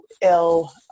ill